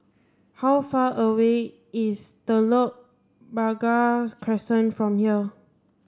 how far away is Telok Blangah Crescent from here